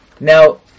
Now